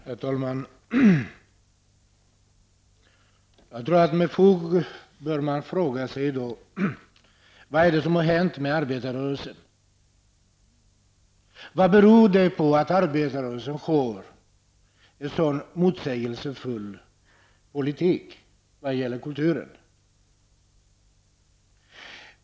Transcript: Herr talman! Jag tror att man i dag har anledning att fråga sig vad det är som har hänt med arbetarrörelsen. Vad beror det på att arbetarrörelsen för en så motsägelsefull politik när det gäller kulturen?